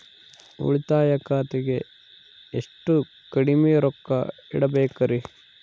ಉಳಿತಾಯ ಖಾತೆಗೆ ಎಷ್ಟು ಕಡಿಮೆ ರೊಕ್ಕ ಇಡಬೇಕರಿ?